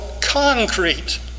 concrete